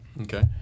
Okay